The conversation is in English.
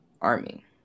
army